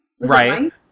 Right